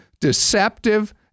deceptive